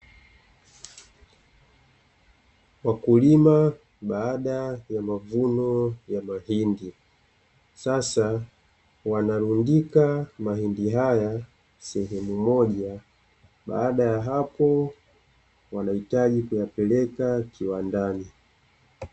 Wakulima baada ya mavuno ya mahindi sasa wanarundika mahindi haya sehemu moja, baada ya hapo wanahitaji kuyapeleka kiwandani.